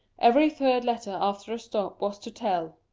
every third letter after a stop was to tell.